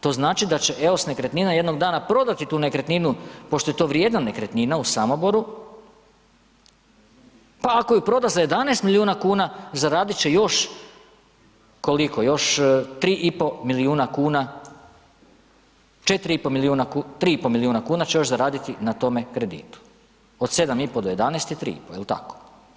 To znači da će EOS nekretnina jednog dana prodati tu nekretninu pošto je to vrijedna nekretnina u Samoboru pa ako ju proda za 11 milijuna kuna, zaradit će još koliko, još 3,5 milijuna kuna će još zaraditi na tome kreditu, od 7,5 do 11 je 3,5, jel tako?